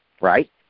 Right